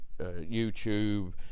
youtube